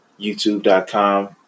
youtube.com